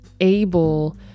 able